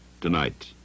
Tonight